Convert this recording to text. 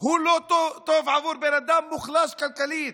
הוא לא טוב עבור בן אדם מוחלש כלכלית.